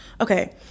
Okay